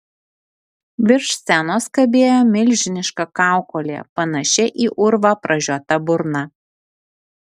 virš scenos kabėjo milžiniška kaukolė panašia į urvą pražiota burna